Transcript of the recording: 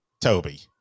Toby